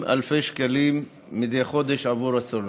אלפי שקלים מדי חודש עבור הסלולר.